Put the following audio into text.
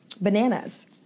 Bananas